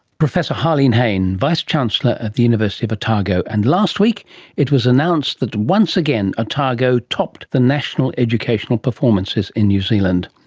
professor harlene hayne, vice-chancellor at the university of otago. and last week it was announced that once again otago topped the national educational performances in new zealand